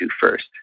first